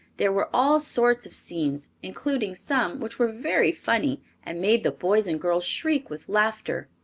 there were all sorts of scenes, including some which were very funny and made the boys and girls shriek with laughter.